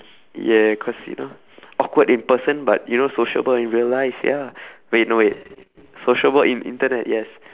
yeah cause you know awkward in person but you know sociable in real life ya wait no wait sociable in internet yes